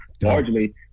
largely